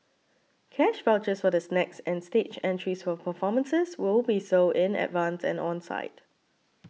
cash vouchers for the snacks and stage entries for performances will be sold in advance and on site